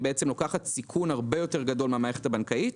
היא לוקחת סיכון הרבה יותר גדול מהמערכת הבנקאית.